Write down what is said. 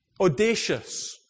Audacious